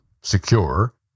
secure